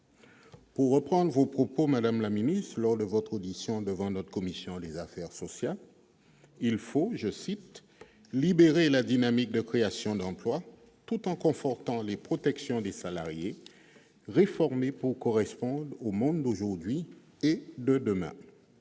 Pour reprendre vos propos, madame la ministre, lors de votre audition devant la commission des affaires sociales, il faut « libérer la dynamique de création d'emplois, tout en confortant les protections des salariés, réformées pour correspondre au monde d'aujourd'hui et de demain ».